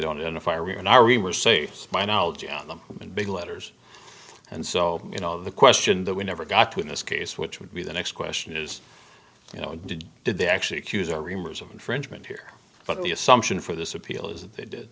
don't and if i were in our we were safe spy knowledge on them in big letters and so you know the question that we never got to in this case which would be the next question is you know did they actually accuser reamers of infringement here but the assumption for this appeal is that they did